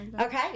Okay